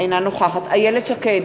אינה נוכחת איילת שקד,